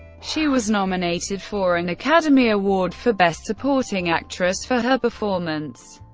she was nominated for an academy award for best supporting actress for her performance.